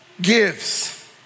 gives